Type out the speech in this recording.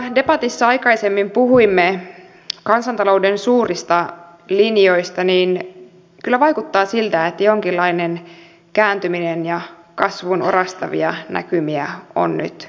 kun debatissa aikaisemmin puhuimme kansantalouden suurista linjoista niin kyllä vaikuttaa siltä että jonkinlainen kääntyminen ja kasvun orastavia näkymiä on nyt olemassa